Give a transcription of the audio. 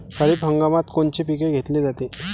खरिप हंगामात कोनचे पिकं घेतले जाते?